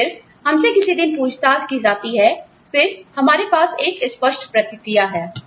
तो फिर हमसे किसी दिन पूछताछ की जाती है फिर हमारे पास एक स्पष्ट प्रतिक्रिया है